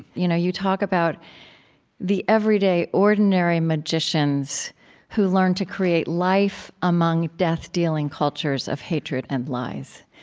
you know you talk about the everyday, ordinary magicians who learn to create life among death-dealing cultures of hatred and lies.